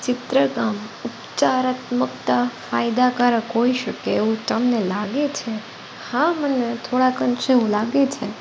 ચિત્રકામ ઉપચારાત્મકતા ફાયદાકારક હોઈ શકે એવું તમને લાગે છે હા મને થોડાક અંશે એવું લાગે છે